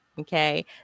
Okay